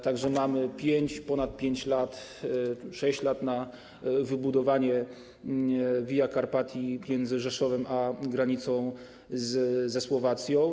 Tak że mamy ponad 5 lat, 6 lat na wybudowanie Via Carpatii między Rzeszowem a granicą ze Słowacją.